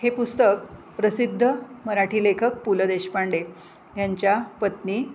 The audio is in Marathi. हे पुस्तक प्रसिद्ध मराठी लेखक पु ल देशपांडे ह्यांच्या पत्नी